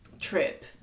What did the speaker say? trip